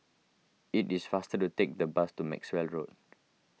it is faster to take the bus to Maxwell Road